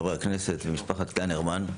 חברי הכנסת ומשפחת קליינרמן,